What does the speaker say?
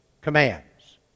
Commands